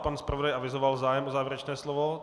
Pan zpravodaj avizoval zájem o závěrečné slovo.